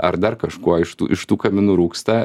ar dar kažkuo iš tų iš tų kaminų rūksta